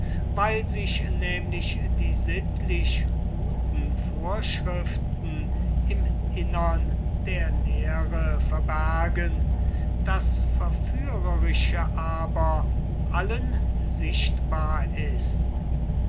weil sich nämlich die sittlich guten vorschriften im innern verbergen das verführerische aber sichtbar ist